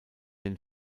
den